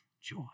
joy